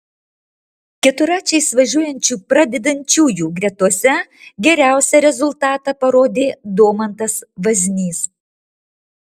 keturračiais važiuojančių pradedančiųjų gretose geriausią rezultatą parodė domantas vaznys